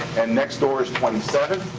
and next door is twenty seven,